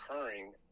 occurring